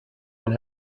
and